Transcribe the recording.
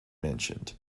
mentioned